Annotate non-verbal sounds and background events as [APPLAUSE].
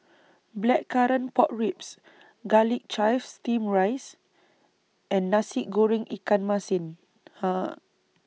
Blackcurrant Pork Ribs Garlic Chives Steamed Rice and Nasi Goreng Ikan Masin [HESITATION]